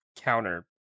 counter